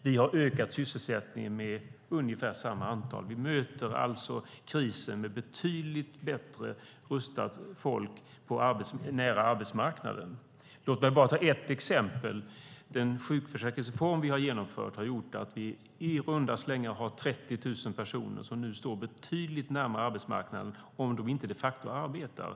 Vi har ökat sysselsättningen med ungefär samma antal. Vi möter alltså krisen med betydligt bättre rustat folk nära arbetsmarknaden. Låt mig bara ta ett exempel. Den sjukförsäkringsreform som vi har genomfört har gjort att vi i runda slängar har 30 000 personer som nu står betydligt närmare arbetsmarknaden, om de inte de facto arbetar.